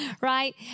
right